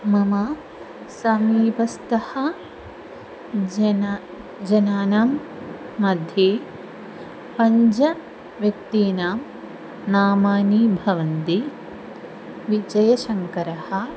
मम समीपस्थः जनाः जनानां मध्ये पञ्चव्यक्तीनां नामानी भवन्ति विजयशङ्करः